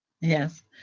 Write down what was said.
Yes